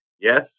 Yes